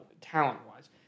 talent-wise